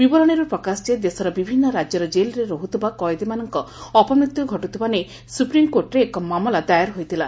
ବିବରଣୀରୁ ପ୍ରକାଶ ଯେ ଦେଶର ବିଭିନ୍ନ ରାକ୍ୟର ଜେଲରେ ରହୁଥିବା କଏଦୀମାନଙ୍ ଅପମୃତ୍ୟୁ ଘଟୁଥିବା ନଇ ସୁପ୍ରିମ ମାମଲା ଦାୟର ହୋଇଥିଲା